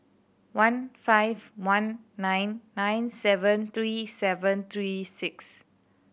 one five one nine nine seven three seven three six